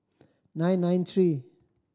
nine nine three